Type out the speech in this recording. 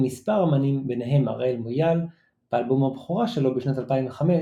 מספר אמנים ביניהם הראל מויאל באלבום הבכורה שלו בשנת 2005,